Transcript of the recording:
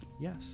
Yes